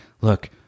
Look